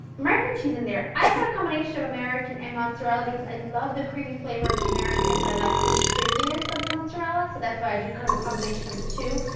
american cheese in there. i put a combination of american and mozzarella because i love the creamy flavor of the american but i like the stringiness of the mozzarella so that's why i do kind of a combination of the two.